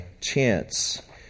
chance